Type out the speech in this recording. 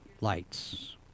lights